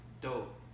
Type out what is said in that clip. dope